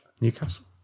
Newcastle